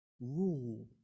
rule